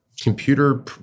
computer